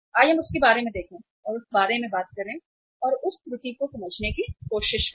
आइए हम उसके बारे में देखें उस बारे में बात करें और उस त्रुटि को समझने की कोशिश करें